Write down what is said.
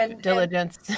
diligence